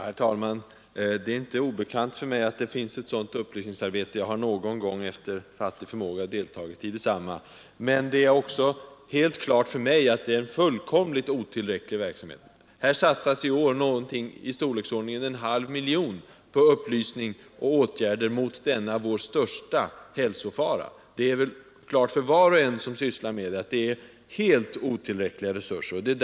Herr talman! Det är inte obekant för mig att ett sådant upplysningsarbete pågår. Jag har någon gång efter fattig förmåga deltagit i detsamma. Men det är också helt klart för mig att verksamheten är fullkomligt otillräcklig. Här satsas i år någonting i storleken en halv miljon kronor på upplysning och åtgärder mot denna vår största hälsofara. Var och en som sysslar med detta inser att resurserna är helt otillräckliga.